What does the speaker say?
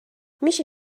میشه